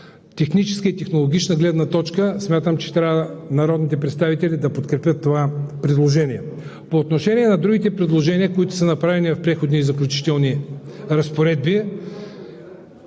техническа и технологична гледна точка мисля, че народните представители трябва да подкрепят това предложение. По отношение на другите предложения, които са направени в Преходните и заключителни разпоредби.